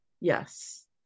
Yes